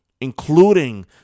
including